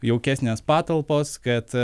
jaukesnės patalpos kad